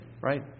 right